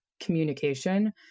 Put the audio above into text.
communication